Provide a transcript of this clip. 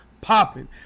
popping